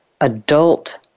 adult